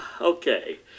Okay